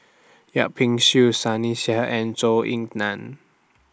Yip Pin Xiu Sunny Sia and Zhou Ying NAN